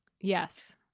yes